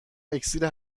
اکسیر